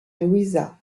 louisa